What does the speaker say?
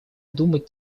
думать